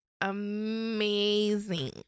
amazing